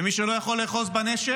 ומי שלא יכול לאחוז בנשק,